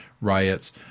riots